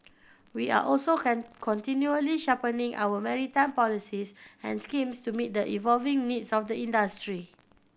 we are also continually sharpening our maritime policies and schemes to meet the evolving needs of the industry